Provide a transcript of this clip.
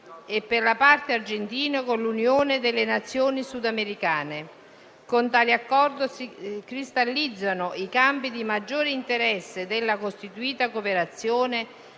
e, per la parte argentina, dell'Unione delle Nazioni sudamericane. Con tale Accordo si cristallizzano i campi di maggiore interesse della costituita cooperazione,